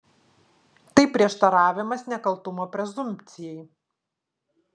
tai prieštaravimas nekaltumo prezumpcijai